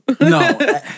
No